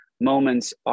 moments